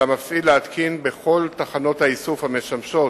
על המפעיל להתקין בכל תחנות האיסוף המשמשות